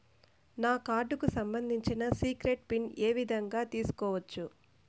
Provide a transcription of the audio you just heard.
నా కార్డుకు సంబంధించిన సీక్రెట్ పిన్ ఏ విధంగా తీసుకోవచ్చు?